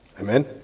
Amen